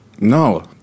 No